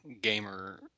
gamer